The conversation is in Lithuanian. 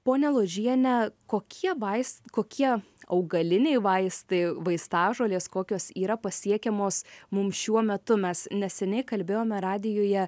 ponia ložiene kokie vais kokie augaliniai vaistai vaistažolės kokios yra pasiekiamos mums šiuo metu mes neseniai kalbėjome radijuje